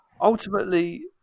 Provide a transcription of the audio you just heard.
ultimately